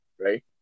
right